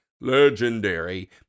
legendary